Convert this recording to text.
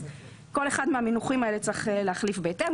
כל אחד מהמינוחים האלה צריך להחליף בהתאם.